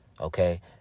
Okay